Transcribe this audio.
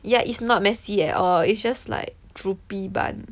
ya it's not messy at all it's just like droopy bun